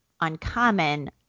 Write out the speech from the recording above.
uncommon